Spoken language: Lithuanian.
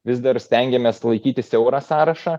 vis dar stengiamės laikyti siaurą sąrašą